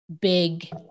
big